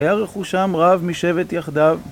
היה רכושם רב משבת יחדו